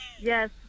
Yes